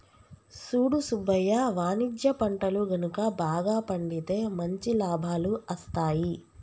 సూడు సుబ్బయ్య వాణిజ్య పంటలు గనుక బాగా పండితే మంచి లాభాలు అస్తాయి